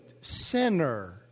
sinner